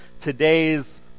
today's